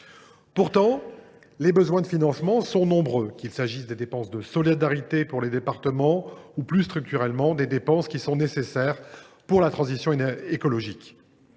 Pourtant, les besoins de financement sont nombreux, qu’il s’agisse des dépenses de solidarité pour les départements, ou, plus structurellement, des dépenses nécessaires à la transition écologique.